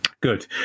Good